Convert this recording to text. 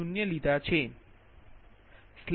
0 લીધા છે